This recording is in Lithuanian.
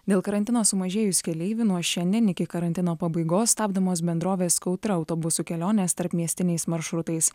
dėl karantino sumažėjus keleivių nuo šiandien iki karantino pabaigos stabdomos bendrovės kautra autobusų kelionės tarpmiestiniais maršrutais